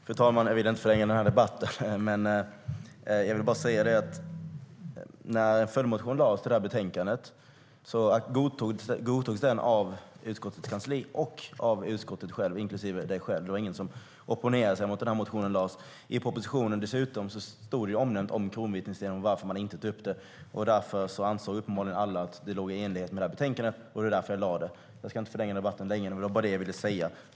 Fru talman! Jag vill inte förlänga debatten, men jag vill bara säga att när följdmotionen till det här betänkandet lades fram godtogs den av utskottets kansli och av utskottet, inklusive Anders Hansson själv. Det var ingen som opponerade sig när motionen lades fram. I propositionen omnämns det varför man inte tar upp frågan om kronvittnessystemet. Därmed ansåg uppenbarligen alla att det var i enlighet med betänkandet. Det var av den anledningen som jag väckte motionen. Jag ska inte förlänga debatten mer. Det var bara det jag ville säga.